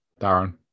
darren